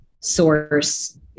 source